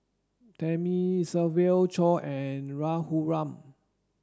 Thamizhavel Choor and Raghuram